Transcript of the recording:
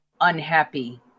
unhappy